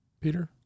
Peter